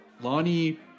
Lonnie